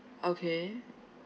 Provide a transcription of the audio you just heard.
okay